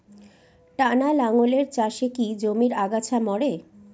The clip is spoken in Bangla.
টানা লাঙ্গলের চাষে কি জমির আগাছা মরে?